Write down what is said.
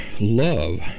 love